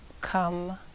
come